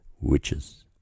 witches